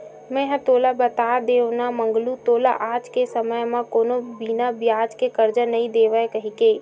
मेंहा तो तोला बता देव ना मंगलू तोला आज के समे म कोनो बिना बियाज के करजा नइ देवय कहिके